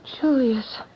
Julius